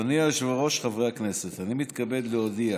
אדוני היושב-ראש, חברי הכנסת, אני מתכבד להודיע